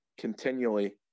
continually